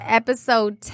episode